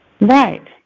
Right